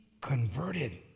converted